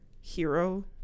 hero